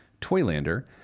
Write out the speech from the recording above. Toylander